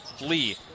Lee